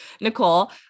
Nicole